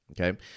Okay